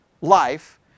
life